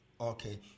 Okay